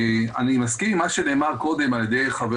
אני מסכים עם מה שנאמר קודם על ידי חבר